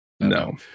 No